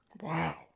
wow